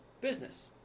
business